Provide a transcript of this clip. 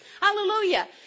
Hallelujah